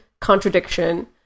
contradiction